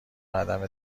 عدم